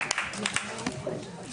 13:00.